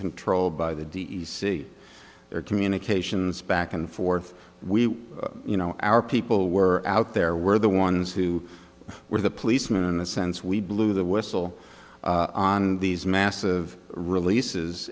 control by the d e c their communications back and forth we you know our people were out there we're the ones who were the policemen in a sense we blew the whistle on these massive releases